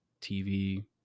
TV